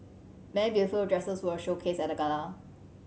many beautiful dresses were showcased at the gala